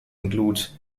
include